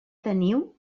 teniu